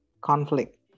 conflict